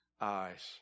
eyes